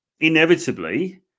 inevitably